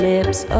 Lips